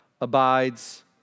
abides